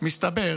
מסתבר